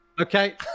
Okay